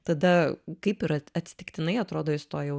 tada kaip ir atsi atsitiktinai atrodo įstojau